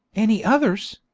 any others,